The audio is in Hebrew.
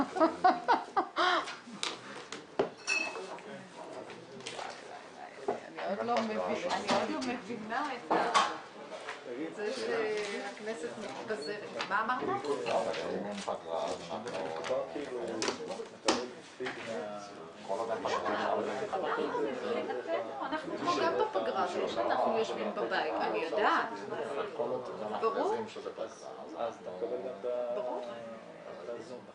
12:59.